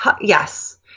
yes